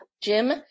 Jim